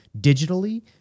digitally